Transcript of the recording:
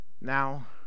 now